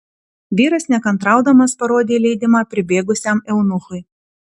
vyras nekantraudamas parodė leidimą pribėgusiam eunuchui